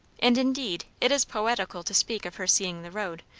and indeed it is poetical to speak of her seeing the road,